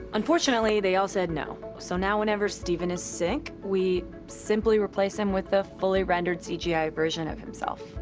unfortunately, they all said no. so now whenever stephen is sick, we simply replace him with a fully rendered c g i. version of himself.